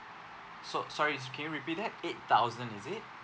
so~ sorry can you repeat that eight thousand is it